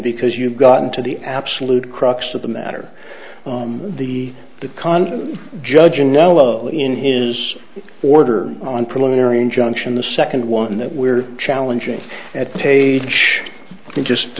because you've gotten to the absolute crux of the matter the con judge in yellow in his order on preliminary injunction the second one that we are challenging at page in just